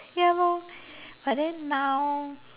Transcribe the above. ya lor but then now